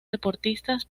deportistas